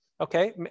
Okay